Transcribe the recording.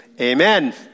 amen